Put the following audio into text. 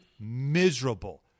miserable